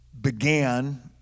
began